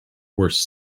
worse